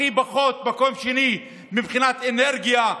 הכי פחות, מקום שני, מבחינת אנרגיה.